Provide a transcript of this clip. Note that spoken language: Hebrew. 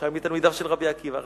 שהיה מתלמידיו של רבי עקיבא,